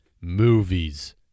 movies